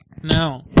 No